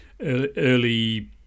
early